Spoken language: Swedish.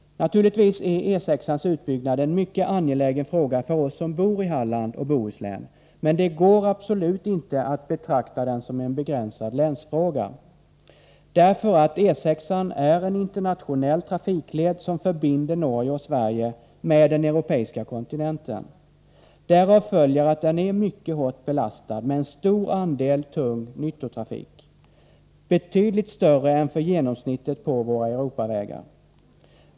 Naturligtvis är utbyggnaden av E 6 en mycket angelägen fråga för oss som bor i Halland och Bohuslän. Men det går absolut inte att betrakta den som en begränsad länsfråga, därför att E 6 är en internationell trafikled, som förbinder Norge och Sverige med den europeiska kontinenten. Därav följer att den är mycket hårt belastad med en stor andel tung nyttotrafik — betydligt större än för genomsnittet på våra Europavägar.